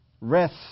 Rest